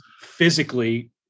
physically